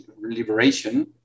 liberation